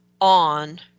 on